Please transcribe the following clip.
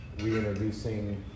reintroducing